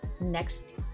next